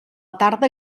tarda